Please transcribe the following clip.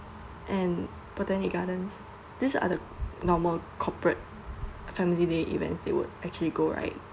and Botanic Gardens these are the normal corporate family day events they would actually go right